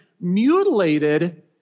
mutilated